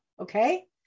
okay